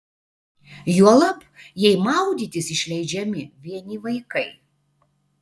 juolab jei maudytis išleidžiami vieni vaikai